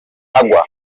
agwa